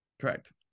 correct